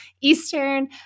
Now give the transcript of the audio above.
Eastern